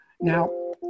Now